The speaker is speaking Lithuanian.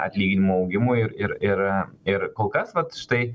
atlyginimų augimui ir ir ir ir kol kas vat štai